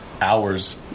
hours